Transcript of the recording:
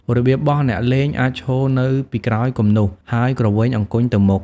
របៀបបោះ អ្នកលេងអាចឈរនៅពីក្រោយគំនូស ហើយគ្រវែងអង្គញ់ទៅមុខ។